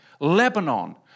Lebanon